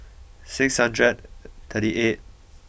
six hundred thirty eight